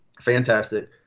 fantastic